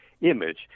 image